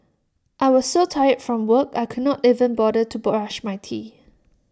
I was so tired from work I could not even bother to brush my teeth